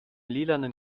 lilanen